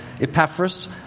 Epaphras